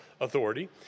authority